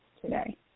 today